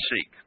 seek